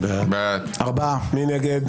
מי נגד?